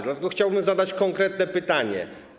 Dlatego chciałbym zadać konkretne pytanie.